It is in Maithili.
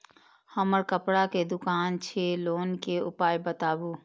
हमर कपड़ा के दुकान छै लोन के उपाय बताबू?